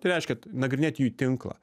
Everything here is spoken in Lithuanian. tai reiškia nagrinėti jų tinklą